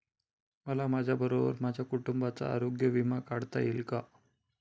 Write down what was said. मला माझ्याबरोबर माझ्या कुटुंबाचा आरोग्य विमा काढता येईल का?